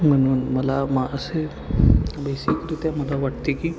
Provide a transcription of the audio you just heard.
म्हणून मला मा असे बेसिकरित्या मला वाटते की